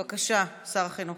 בבקשה, שר החינוך.